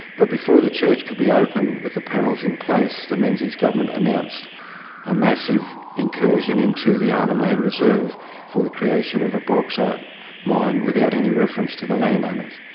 but before the church could be opened with the panels in place, the menzies government announced a massive incursion into the arnhem land reserve for the creation of a bauxite mine, without any reference to the landowners.